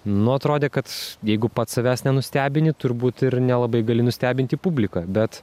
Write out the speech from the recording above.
nu atrodė kad jeigu pats savęs nenustebini turbūt ir nelabai gali nustebinti publiką bet